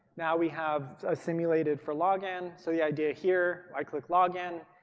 now we have a simulated for login. so the idea here i click login.